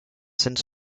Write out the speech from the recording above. since